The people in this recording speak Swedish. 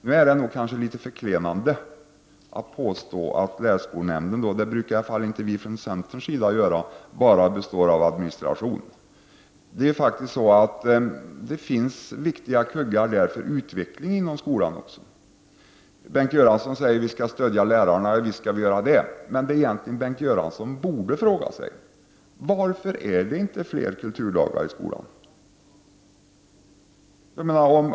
Nu är det nog litet förklenande att påstå att länsskolnämnden bara består av administration, det brukar i alla fall inte vi från centern göra. Det finns här också viktiga kuggar för utveckling inom skolan. Bengt Göransson säger att vi skall stödja lärarna. Ja, visst skall vi göra det. Men det som Bengt Göransson egentligen borde fråga sig är varför det inte är fler kulturdagar i skolan.